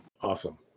Awesome